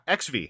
XV